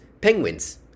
penguins